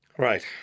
Right